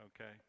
okay